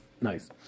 nice